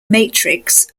matrix